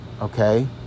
okay